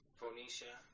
Phoenicia